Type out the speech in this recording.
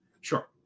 sure